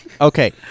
Okay